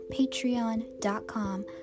patreon.com